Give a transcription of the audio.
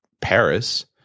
Paris